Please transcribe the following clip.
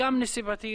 וגם נסיבתי